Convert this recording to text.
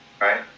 right